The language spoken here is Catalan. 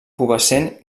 pubescent